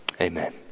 Amen